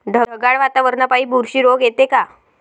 ढगाळ वातावरनापाई बुरशी रोग येते का?